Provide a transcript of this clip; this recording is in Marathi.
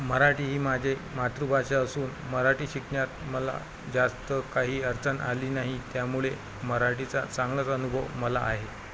मराठी ही माझे मातृभाषा असून मराठी शिकन्यात मला जास्त काही अडचन आली नाही त्यामुळे मराठीचा चांगलाच अनुभव मला आहे